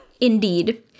Indeed